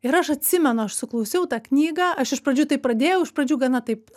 ir aš atsimenu aš suklausiau tą knygą aš iš pradžių tai pradėjau iš pradžių gana taip